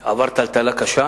הוא עבר טלטלה קשה.